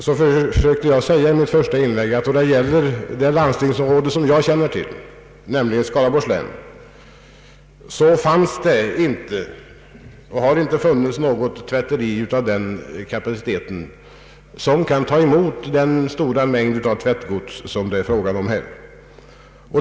Jag försökte säga i mitt första inlägg att då det gäller det landstingsområde som jag känner tili fanns det inte och har inte funnits något tvätteri av en sådan kapacitet att det kan ta emot den stora mängd av tvättgods det här är fråga om.